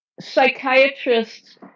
psychiatrists